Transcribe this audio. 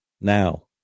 now